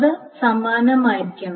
അത് സമാനമായിരിക്കണം